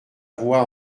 voix